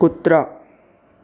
कुत्रा